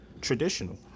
traditional